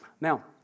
Now